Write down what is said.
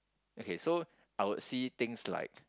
okay so I would see things like